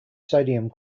sodium